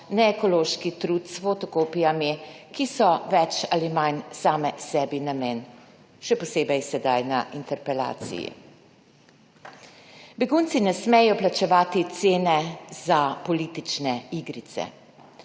neekološki trud s fotokopijami, ki so več ali manj same sebi namen, še posebej sedaj na interpelaciji. Begunci ne smejo plačevati cene za politične igrice.